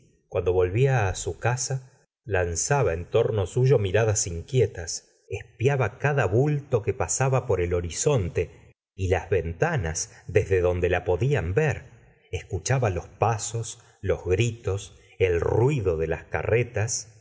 cuando volvía a su casa lanzaba en torno suyo miradas inquietas espiaba cada bulto que pasaba por el horizonte y las ventanas desde donde la podían ver escuchaba los pasos los gritos el ruido de las carretas